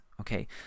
okay